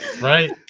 right